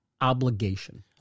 obligation